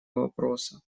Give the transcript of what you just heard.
вопроса